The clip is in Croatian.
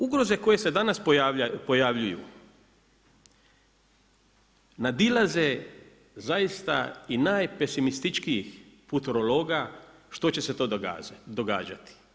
Ugroze koje se danas pojavljuju, nadilaze, zaista i najpesimističnijih futorologa, što će se to događati.